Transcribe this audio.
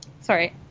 sorry